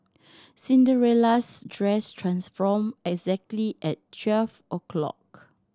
Cinderella's dress transformed exactly at twelve o'clock